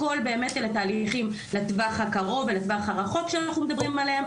הכול באמת אלה תהליכים לטווח הרחוק והטווח הקרוב שאנחנו מדברים עליהם,